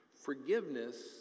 Forgiveness